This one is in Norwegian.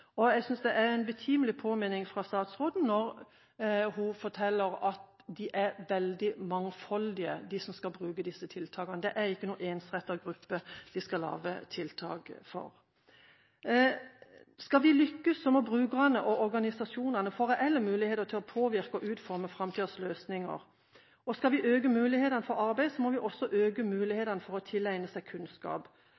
pårørende. Jeg synes det er en betimelig påminning fra statsråden når hun forteller at de som skal bruke disse tiltakene, er veldig mangfoldige. Det er ikke noen ensartet gruppe man skal lage tiltak for. Skal vi lykkes, må tjenestemottakerne og organisasjonene få reelle muligheter til å påvirke og utforme framtidas løsninger. Skal vi øke mulighetene for arbeid, må vi også øke